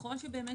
ככל שבאמת